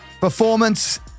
Performance